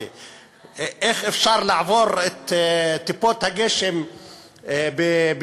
ואיך אפשר לעבור את טיפות הגשם בשלום,